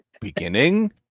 Beginning